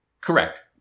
Correct